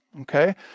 Okay